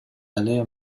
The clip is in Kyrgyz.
эле